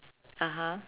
(uh huh)